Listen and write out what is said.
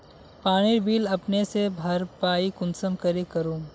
पानीर बिल अपने से भरपाई कुंसम करे करूम?